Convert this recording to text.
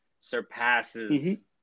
surpasses